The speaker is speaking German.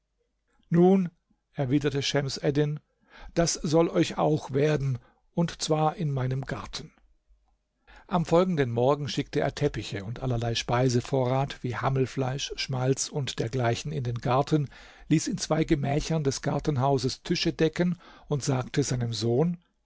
nun erwiderte schems eddin das soll euch auch werden und zwar in meinem garten am folgenden morgen schickte er teppiche und allerlei speisevorrat wie hammelfleisch schmalz und dergleichen in den garten ließ in zwei gemächern des gartenhauses tische decken und sagte seinem sohn